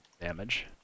damage